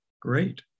great